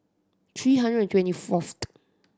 three hundred and twenty fourth